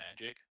magic